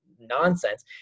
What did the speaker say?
nonsense